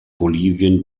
bolivien